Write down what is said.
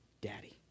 Daddy